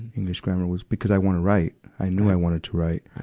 english grammar was because i wanna write. i knew i wanted to write.